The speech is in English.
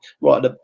right